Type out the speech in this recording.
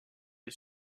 est